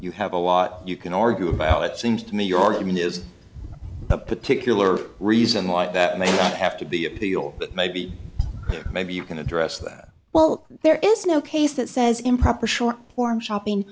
you have a lot you can argue about it seems to me your argument is a particular reason why that may have to be appealed but maybe maybe you can address that while there is no case that says improper short form shopping